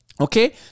Okay